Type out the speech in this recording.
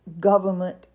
government